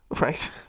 right